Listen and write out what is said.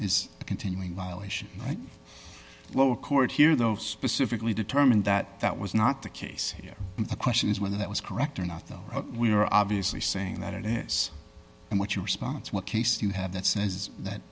a continuing violation lower court here though specifically determined that that was not the case here the question is whether that was correct or not though we are obviously saying that it is and what your response what case you have that says that